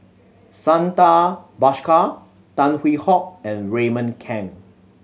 Santha Bhaskar Tan Hwee Hock and Raymond Kang